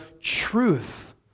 truth